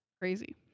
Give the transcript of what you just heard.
Crazy